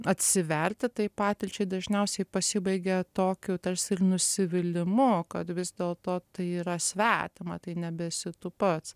atsiverti tai patirčiai dažniausiai pasibaigia tokiu tarsi ir nusivylimo kad vis dėlto tai yra svetima tai nebesi tu pats